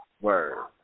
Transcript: Word